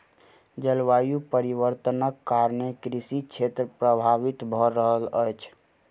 जलवायु परिवर्तनक कारणेँ कृषि क्षेत्र प्रभावित भअ रहल अछि